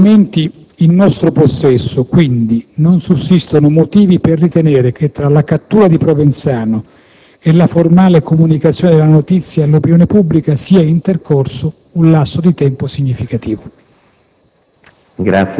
Dagli elementi in nostro possesso, quindi, non sussistono motivi per ritenere che fra la cattura di Provenzano e la formale comunicazione della notizia all'opinione pubblica sia intercorso un lasso di tempo significativo.